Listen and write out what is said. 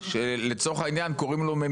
סליחה.